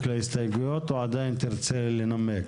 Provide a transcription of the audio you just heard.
להסתייגויות או שעדיין תרצה לנמק.